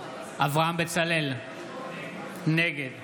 אברהם בצלאל, נגד